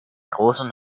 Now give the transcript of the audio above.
großen